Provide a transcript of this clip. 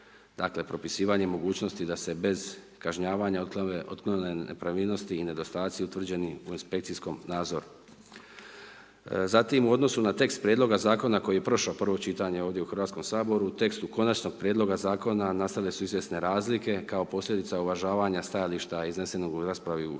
dakle, propisivanjem mogućnosti da se bez kažnjavanja otklone nepravilnosti i nedostaci utvrđeni u inspekcijskom nadzoru. Zatim, u odnosu na tekst prijedloga Zakona koji je prošao prvo čitanje ovdje u Hrvatskom saboru, tekstu konačnog prijedloga Zakona nastale su izvjesne razlike, kao posljedica uvažavanja stajališta iznesenog u raspravi u Hrvatskom